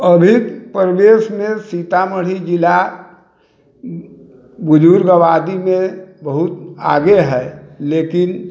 अभी प्रदेश मे सीतामढ़ी जिला बुजुर्ग आबादी मे बहुत आगे है लेकिन